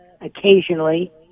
occasionally